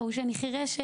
ראו שאני חירשת,